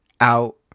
out